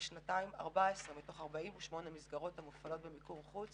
14 מתוך 48 המסגרות המופעלות במיקור חוץ